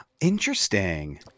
Interesting